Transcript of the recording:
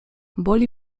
boli